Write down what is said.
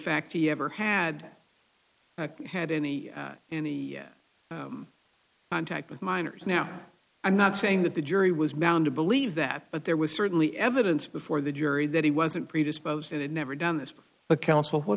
fact he ever had had any and the contact with minors now i'm not saying that the jury was bound to believe that but there was certainly evidence before the jury that he wasn't predisposed and had never done this